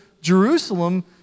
Jerusalem